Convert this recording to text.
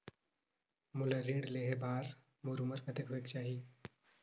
मोला ऋण लेहे बार मोर उमर कतेक होवेक चाही?